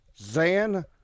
Zan